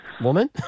woman